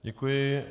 Děkuji.